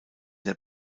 der